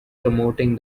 promoting